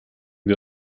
wir